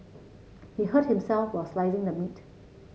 he hurt himself while slicing the meat